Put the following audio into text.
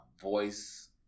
voice